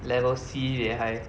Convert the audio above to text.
levels sibei high